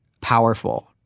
powerful